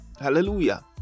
hallelujah